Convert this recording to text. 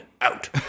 out